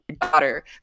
daughter